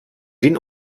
den